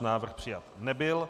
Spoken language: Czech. Návrh přijat nebyl.